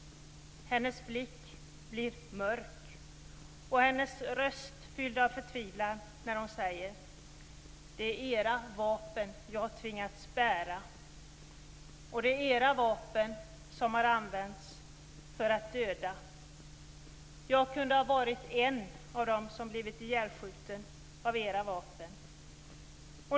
Hennes blick blev mörk och hennes röst fylld av förtvivlan när hon berättade: "Det är era vapen jag har tvingats bära, och det är era vapen som har använts för att döda. Jag kunde ha varit en av dem som blivit ihjälskjuten av era vapen.